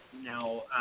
Now